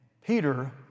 Peter